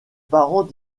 parents